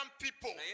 people